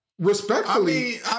respectfully